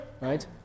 right